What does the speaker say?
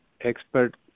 expert